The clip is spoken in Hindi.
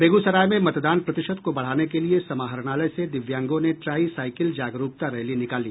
बेगूसराय में मतदान प्रतिशत को बढ़ाने के लिए समाहरणालय से दिव्यांगों ने ट्राई साईकिल जागरूकता रैली निकाली